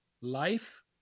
life